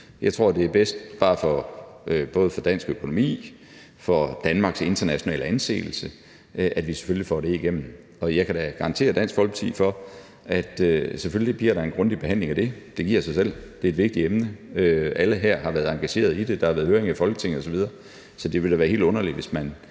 Jeg tror, det er bedst både for dansk økonomi og for Danmarks internationale anseelse, at vi får det igennem, og jeg kan da garantere Dansk Folkeparti for, at der selvfølgelig bliver en grundig behandling af det. Det giver sig selv; det er et vigtigt emne. Alle her har været engageret i det. Der har været høring i Folketinget osv. Så det ville da være helt underligt, hvis man